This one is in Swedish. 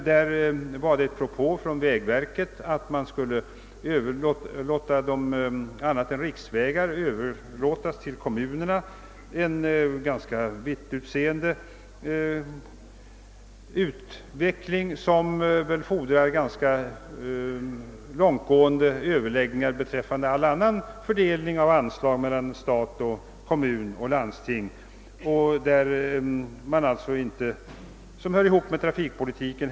Då fanns en propå från vägverket om att andra vägar än riksvägar skulle överlåtas till kommunerna. Det skulle innebära en ganska vittgående ändring som fordrar långtgående överläggningar beträffande fördelning av anslag mellan stat och kommun och landsting, alltså sådant som inte hör ihop med trafikpolitiken.